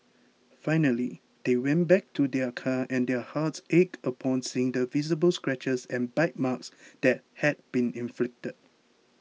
finally they went back to their car and their hearts ached upon seeing the visible scratches and bite marks that had been inflicted